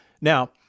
Now